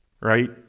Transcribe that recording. Right